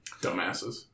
Dumbasses